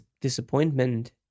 disappointment